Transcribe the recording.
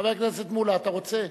חבר הכנסת מולה, אתה רוצה?